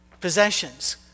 possessions